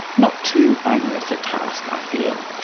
not too onerous a task, i feel.